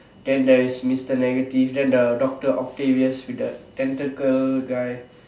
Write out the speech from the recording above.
then there's is Mister negative then the doctor Octavius with the tentacle guy